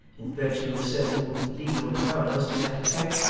in virtue of certain legal powers to that effect,